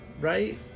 right